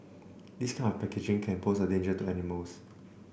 this kind of packaging can pose a danger to animals